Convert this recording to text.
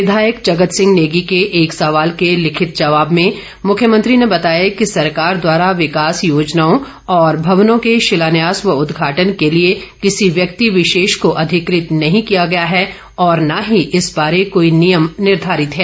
विधायक जगत सिंह नेगी के एक सवाल के लिखित जवाब में मुख्यमंत्री ने बताया कि सरकार द्वारा विकास योजनाओं और भवनों के शिलान्यास व उदघाटन के लिए किसी व्यक्ति विशेष को अधिकृत नहीं किया गया है और न ही इस बारे कोई नियम निर्धारित है